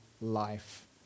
life